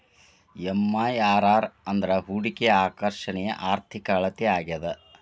MIRR ಅಂದ್ರ ಹೂಡಿಕೆಯ ಆಕರ್ಷಣೆಯ ಆರ್ಥಿಕ ಅಳತೆ ಆಗ್ಯಾದ